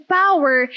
power